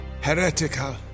Heretical